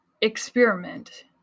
experiment